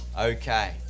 Okay